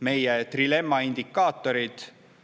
meie trilemma indikaatorid.